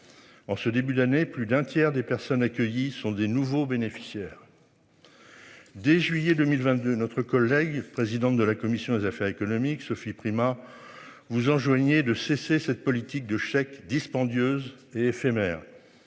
En ce début d'année plus d'un tiers des personnes accueillies sont des nouveaux bénéficiaires. Dès juillet 2022, notre collègue, présidente de la commission des affaires économiques. Sophie Primas. Vous enjoignait de cesser cette politique de chèques dispendieuse. Éphémère.